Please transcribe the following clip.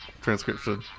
transcription